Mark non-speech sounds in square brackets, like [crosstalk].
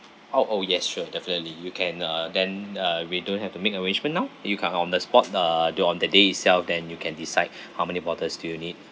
oh oh sure definitely you can uh then uh we don't have to make arrangement now you come on the spot the do on the day itself then you can decide [breath] how many bottles do you need